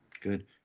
Good